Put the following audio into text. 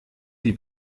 die